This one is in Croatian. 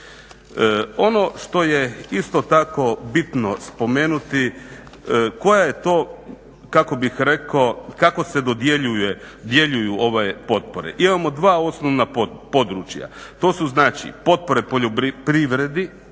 Ono što je isto tako bitno spomenuti koja je to kako bih rekao, kako se dodjeljuju ove potpore. Imamo dva osnovna područja. To su znači potpore poljoprivredi